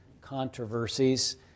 Controversies